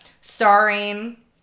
starring